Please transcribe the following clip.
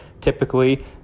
typically